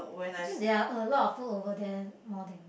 since there are a lot of post over there more than